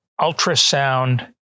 ultrasound